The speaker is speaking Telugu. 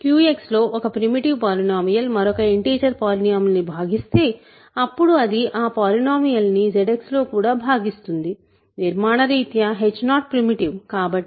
QX లో ఒక ప్రిమిటివ్ పాలినోమీయల్ మరొక ఇంటిజర్ పాలినోమీయల్ ని భాగిస్తే అప్పుడు అది ఆ పోలినోమీయల్ ని ZX లో కూడా భాగిస్తుంది నిర్మాణరిత్యా h0 ప్రిమిటివ్